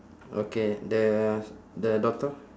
okay the the daughter